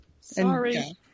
sorry